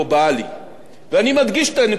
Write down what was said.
אדוני היושב-ראש,